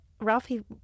Ralphie –